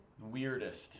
Weirdest